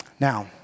Now